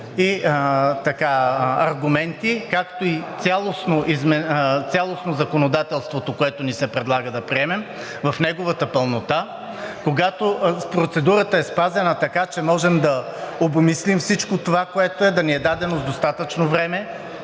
аргументи, както и цялостно законодателството, което ни се предлага, да приемем в неговата пълнота – когато процедурата е спазена, така че можем да обмислим всичко това, което е, да ни е дадено достатъчно време